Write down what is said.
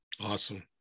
Awesome